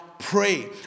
Pray